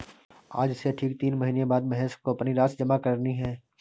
आज से ठीक तीन महीने बाद महेश को अपनी राशि जमा करनी है